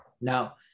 now